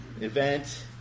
event